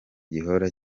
gihora